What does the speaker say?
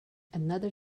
another